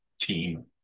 team